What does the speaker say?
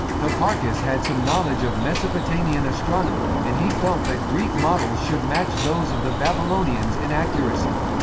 hipparchus had some knowledge of mesopotamian astronomy, and he felt that greek models should match those of the babylonians in accuracy.